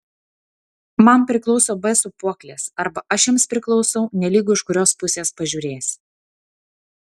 man priklauso b sūpuoklės arba aš joms priklausau nelygu iš kurios pusės pažiūrėsi